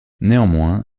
néanmoins